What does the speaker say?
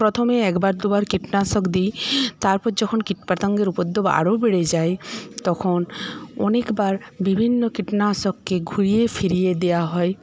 প্রথমে একবার দু বার কীটনাশক দিই তারপর যখন কীটপতঙ্গের উপদ্রব আরও বেড়ে যায় তখন অনেকবার বিভিন্ন কীটনাশককে ঘুরিয়ে ফিরিয়ে দেওয়া হয়